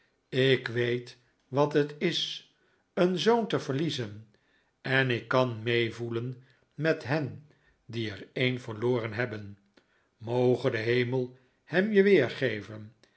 ik weet wat het is een zoon te verliezen en ik kan meevoelen met hen die er een verloren hebben moge de hemel hem je weergeven